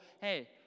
hey